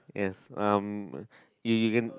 yes um you you can